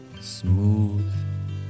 smooth